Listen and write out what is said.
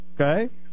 Okay